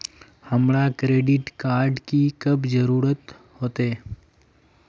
हमरा credit card की कब जरूरत होते?